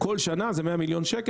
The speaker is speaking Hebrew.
בכל שנה זה 100 מיליון ₪.